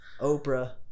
Oprah